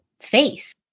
face